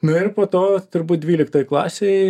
nu ir po to turbūt dvyliktoj klasėj